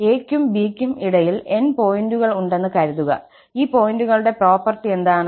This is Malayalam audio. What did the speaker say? a ക്കും b ക്കും ഇടയിൽ n പോയിന്റുകൾ ഉണ്ടെന്ന് കരുതുക ഈ പോയിന്റുകളുടെ പ്രോപ്പർട്ടി എന്താണ്